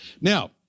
Now